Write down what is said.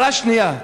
הערה שנייה,